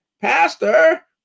pastor